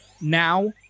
now